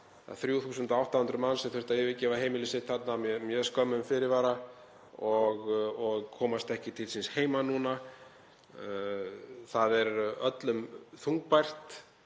3.800 manns sem þurftu að yfirgefa heimili sitt með mjög skömmum fyrirvara og komast ekki til síns heima núna. Það er öllum þungbært